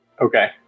Okay